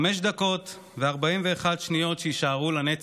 חמש דקות ו-41 שניות שיישארו לנצח.